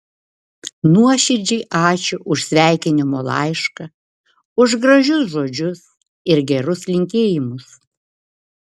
nuoširdžiai ačiū už sveikinimo laišką už gražius žodžius ir gerus linkėjimus